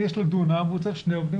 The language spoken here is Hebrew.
אם יש לו דונם אחד והוא צריך שני עובדים,